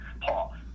Paul